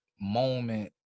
moment